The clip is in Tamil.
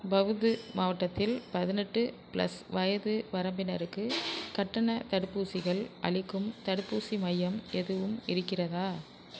பவ்து மாவட்டத்தில் பதினெட்டு ப்ளஸ் வயது வரம்பினருக்கு கட்டணத் தடுப்பூசிகள் அளிக்கும் தடுப்பூசி மையம் எதுவும் இருக்கிறதா